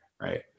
right